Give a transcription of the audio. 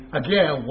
again